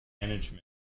management